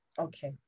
Okay